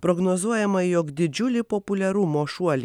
prognozuojama jog didžiulį populiarumo šuolį